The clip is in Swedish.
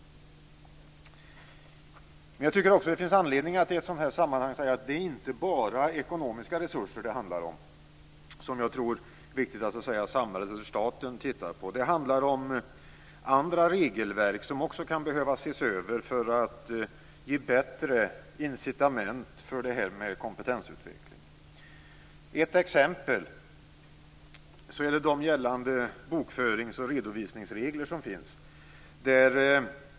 Det finns också anledning att säga att det inte handlar enbart om ekonomiska resurser. Det är viktigt att samhället tittar på detta. Det handlar om andra regelverk som också kan behöva ses över för att ge bättre incitament för kompetensutvecklingen. Ett exempel är de bokförings och redovisningsregler som finns.